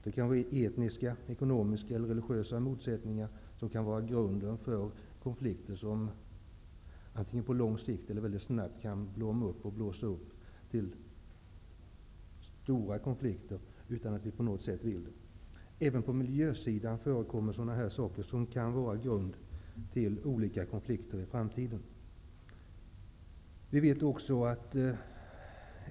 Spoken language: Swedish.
Det kan vara etniska, ekonomiska eller religiösa motsättningar som kan utgöra grund för konflikter som antingen på lång eller väldigt kort sikt kan blåsa upp till stora konflikter, utan att vi på något sätt önskar det. Även på miljömrådet kan det förekomma motsättningar mellan olika intressen, vilka kan utgöra grund till olika framtida konflikter.